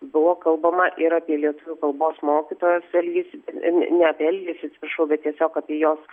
buvo kalbama ir apie lietuvių kalbos mokytojos elgesį ne ne apie elgesį atsiprašau bet tiesiog apie jos